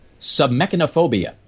submechanophobia